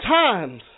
times